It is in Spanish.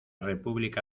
república